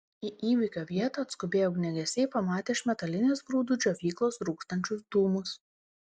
į įvykio vietą atskubėję ugniagesiai pamatė iš metalinės grūdų džiovyklos rūkstančius dūmus